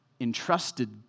entrusted